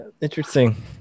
Interesting